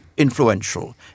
Influential